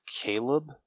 Caleb